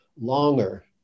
longer